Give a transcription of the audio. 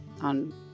On